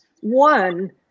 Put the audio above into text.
One